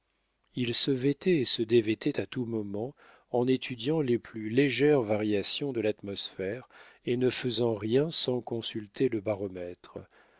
il se vêtait et se devêtait à tout moment en étudiant les plus légères variations de l'atmosphère et ne faisait rien sans consulter le baromètre